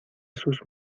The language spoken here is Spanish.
sus